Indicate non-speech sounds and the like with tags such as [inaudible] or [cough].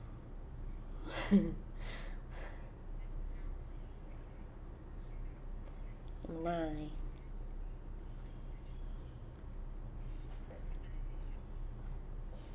[laughs] [breath] nah